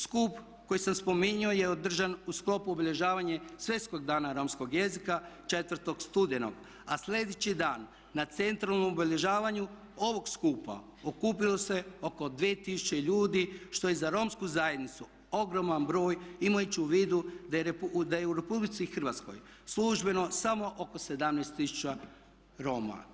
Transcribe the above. Skup koji sam spominjao je održan u sklopu obilježavanja Svjetskog dana romskog jezika 4. studenog a sljedeći dan na centralnom obilježavanju ovog skupa okupilo se oko 2000 ljudi što je za romsku zajednicu ogroman broj imajući u vidu da je u Republici Hrvatskoj službeno samo oko 17000 Roma.